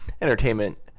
entertainment